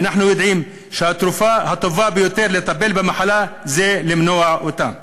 כי אנחנו יודעים שהתרופה הטובה ביותר למחלה היא למנוע אותה.